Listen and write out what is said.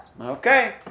Okay